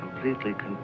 completely